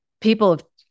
people